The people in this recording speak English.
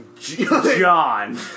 John